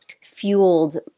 fueled